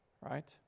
right